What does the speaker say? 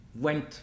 went